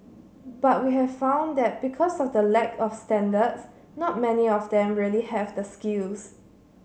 but we have found that because of the lack of standards not many of them really have the skills